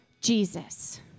Jesus